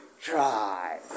try